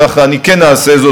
אבל אני כן אעשה זאת,